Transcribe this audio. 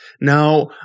now